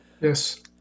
Yes